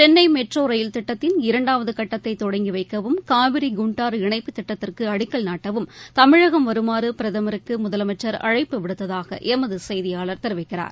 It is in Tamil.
சென்னை மெட்ரோ ரயில் திட்டத்திள் இரண்டாவது கட்டத்தை தொடங்கி வைக்கவும் காவிரி ச குண்டாறு இணைப்பு திட்டத்திற்கு அடிக்கல் நாட்டவும் தமிழகம் வருமாறு பிரதமருக்கு முதலமைச்ச் அழழப்பு விடுத்ததாக எமது செய்தியாளர் தெரிக்கிறார்